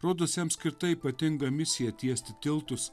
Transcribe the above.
rodos jam skirta ypatinga misija tiesti tiltus